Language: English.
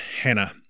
hannah